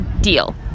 deal